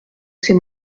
ses